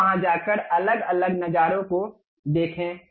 फिर वहां जाकर इन अलग अलग नजारों को देखें